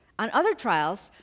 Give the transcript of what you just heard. on other trials,